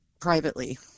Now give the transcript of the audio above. privately